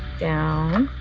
down.